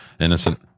innocent